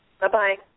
Bye-bye